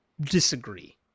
disagree